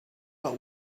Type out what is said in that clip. but